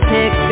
Pick